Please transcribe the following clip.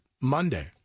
Monday